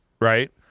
Right